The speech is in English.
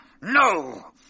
No